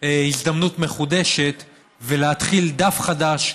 הזדמנות מחודשת להתחיל דף חדש,